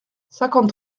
cinquante